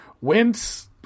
Wince